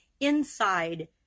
inside